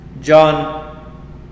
John